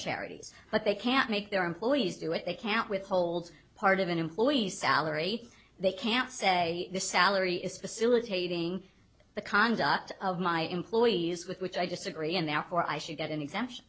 charities but they can't make their employees do it they can't withhold part of an employee's salary they can't say this salary is facilitating the conduct of my employees with which i disagree and therefore i should get an exemption